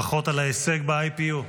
ברכות על ההישג ב-IPU.